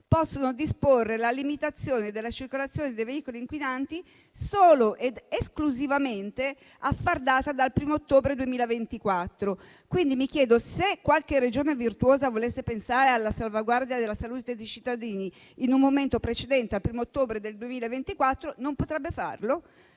possano disporre la limitazione della circolazione dei veicoli inquinanti solo ed esclusivamente a far data dal 1° ottobre 2024. Mi chiedo quindi, se qualche Regione virtuosa volesse pensare alla salvaguardia della salute dei cittadini in un momento precedente al 1° ottobre 2024, non potrebbe farlo?